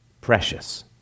precious